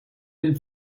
and